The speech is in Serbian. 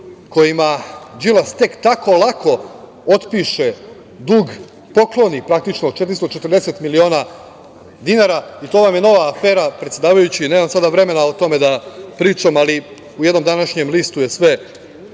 kojima Đilas tek tako lako otpiše dug, pokloni, praktično 440 miliona dinara i to vam je nova afera, predsedavajući. Nemam sada vremena o tome da pričam, ali u jednom današnjem listu je sve